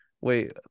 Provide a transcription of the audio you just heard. Wait